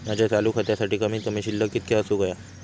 माझ्या चालू खात्यासाठी कमित कमी शिल्लक कितक्या असूक होया?